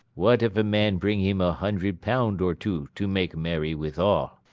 what if a man bring him a hundred pound or two to make merry withal?